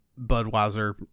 Budweiser